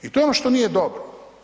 I to je ono što nije dobro.